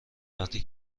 وقتی